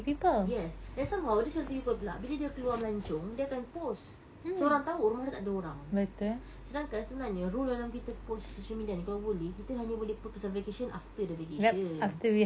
yes and somehow this wealthy people pula bila dia keluar melancong dia akan post so orang tahu rumah dia tak ada orang sedangkan sebenarnya rule dalam kita post social media ni kalau boleh kita hanya boleh post pasal vacation after the vacation